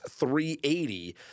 380